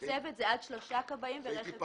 צוות זה עד שלושה כבאים ורכב כיבוי.